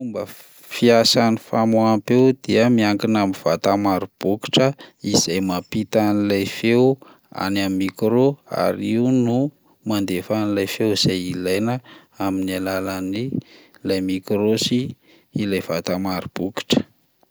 Fomba f fiasan'ny famoaham-peo dia miankina amin'ny vata maro bokotra izay mampita an'ilay feo any amin'ny micro ary io no mandefa an'lay feo zay ilaina amin'ny alalan'ny lay micro sy ilay vata maro bokotra.